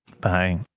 Bye